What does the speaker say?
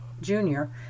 junior